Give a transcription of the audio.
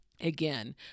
again